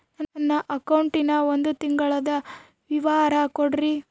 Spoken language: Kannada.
ನನ್ನ ಅಕೌಂಟಿನ ಒಂದು ತಿಂಗಳದ ವಿವರ ಕೊಡ್ರಿ?